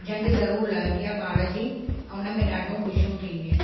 पर झंडि ज़रूरु लहंदी आहे ॿार जी ऐं उन में ॾाढियूं ख़ुशियूं थींदियूं आहिनि